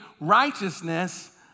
righteousness